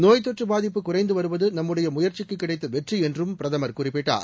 நோய் தொற்று பாதிப்பு குறைந்து வருவது நம்முடைய முயற்சிக்கு கிடைத்த வெற்றி என்றும் பிரதமர் குறிப்பிட்டார்